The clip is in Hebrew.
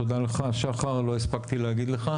תודה לך, שחר, לא הספקתי להגיד לך.